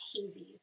hazy